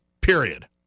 period